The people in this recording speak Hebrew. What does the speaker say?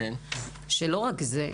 זה לא רק זה,